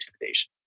intimidation